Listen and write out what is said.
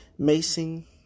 Macing